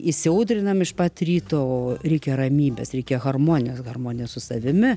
įsiaudrinam iš pat ryto o reikia ramybės reikia harmonijos harmonijos su savimi